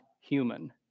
human